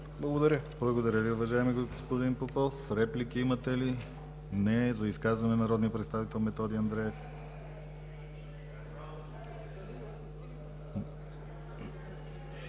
ГЛАВЧЕВ: Благодаря Ви, уважаеми господин Попов. Реплики имате ли? Не. За изказване – народният представител Методи Андреев.